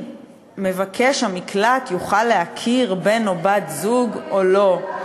מבקש המקלט יוכל להכיר בן-זוג או בת-זוג או לא למה